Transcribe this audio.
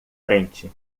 frente